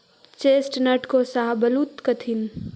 chestnut को शाहबलूत कहथीन